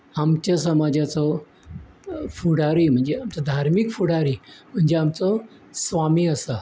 आमचें समाजाचो फुडारी म्हणजे धार्मीक फुडारी जे आमचे स्वामी आसा